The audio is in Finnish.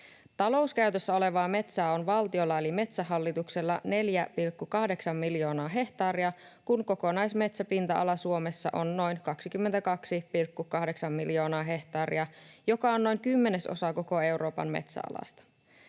Talouskäytössä olevaa metsää on valtiolla eli Metsähallituksella 4,8 miljoonaa hehtaaria, kun kokonaismetsäpinta-ala Suomessa on noin 22,8 miljoonaa hehtaaria, joka on noin kymmenesosa koko Euroopan metsäalasta.